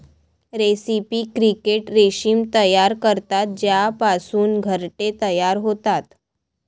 रेस्पी क्रिकेट रेशीम तयार करतात ज्यापासून घरटे तयार होतात